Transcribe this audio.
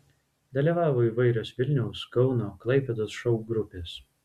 dalyvavo įvairios vilniaus kauno klaipėdos šou grupės